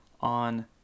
on